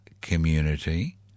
community